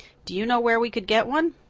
do you know where we could get one?